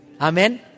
Amen